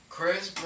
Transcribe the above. Chris